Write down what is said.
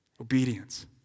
Obedience